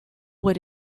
what